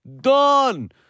Done